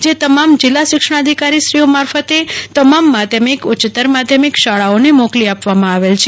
જે તમામ જિલ્લા શિક્ષણાધિકારીશ્રીઓ મારફતે તમામ માધ્યામિક ઉચ્યતર માધ્યમિક શાળાઓને મોકલી આપવામાં આવેલ છે